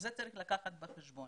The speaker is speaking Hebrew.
את זה צריך לקחת בחשבון.